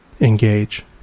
engage